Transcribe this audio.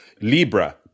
Libra